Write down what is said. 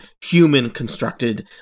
human-constructed